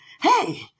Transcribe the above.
Hey